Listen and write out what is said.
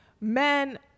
men